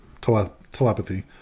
telepathy